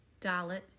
Dalit